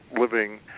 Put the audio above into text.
living